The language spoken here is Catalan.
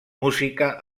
música